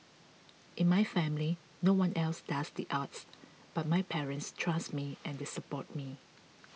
in my family no one else does the arts but my parents trust me and they support me